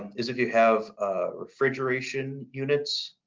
is if you have refrigeration units.